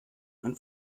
ein